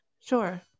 Sure